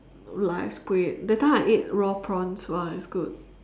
live squid that time I ate raw prawns !wah! it's good